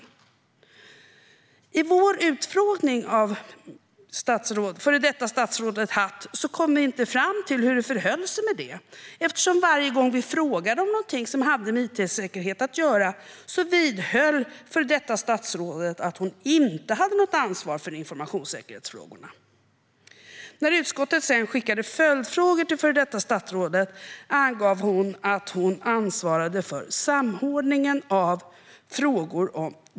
Men i vår utfrågning av före detta statsrådet Hatt kom vi inte fram till hur det förhöll sig med det, för varje gång vi frågade om något som hade med it-säkerhet att göra vidhöll före detta statsrådet att hon inte hade något ansvar för informationssäkerhetsfrågorna. När utskottet sedan skickade följdfrågor till före detta statsrådet angav hon att hon ansvarade för "samordning av .